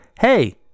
Hey